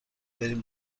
بریم